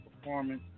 performance